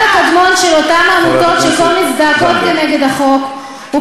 החטא הקדמון של אותן עמותות שכה מזדעקות נגד החוק הוא